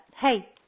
hey